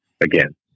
again